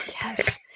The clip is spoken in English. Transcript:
Yes